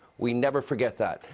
we never forget that.